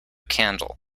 candle